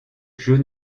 jeu